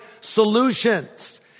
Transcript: solutions